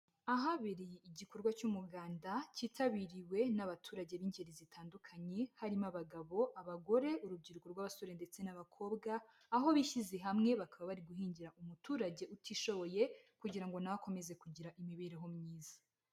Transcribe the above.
Ahabereye igikorwa cy'umuganda cyitabiriwe n'abaturage b'ingeri zitandukanye, harimo: abagabo, abagore, urubyiruko rw'abasore, ndetse n'abakobwa. Aho bishyize hamwe bakaba bari guhingira umuturage utishoboye, kugira ngo nawe akomeze kugira imibereho myiza.